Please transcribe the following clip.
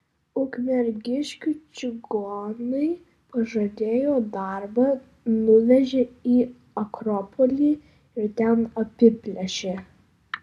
ukmergiškiui čigonai pažadėjo darbą nuvežė į akropolį ir ten apiplėšė